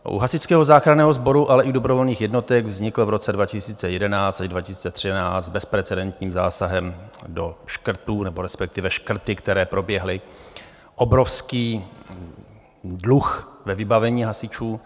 U hasičského záchranného sboru, ale i dobrovolných jednotek vznikl v roce 2011 až 2013 bezprecedentním zásahem do škrtů, nebo respektive škrty, které proběhly, obrovský dluh ve vybavení hasičů.